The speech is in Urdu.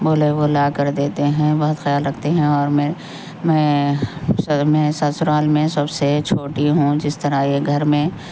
بولے وہ لاکر دیتے ہیں بہت خیال رکھتے ہیں اور میں میں میں سسرال میں سب سے چھوٹی ہوں جس طرح یہ گھر میں